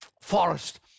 Forest